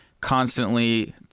constantly